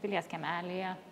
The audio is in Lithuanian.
pilies kiemelyje